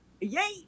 yay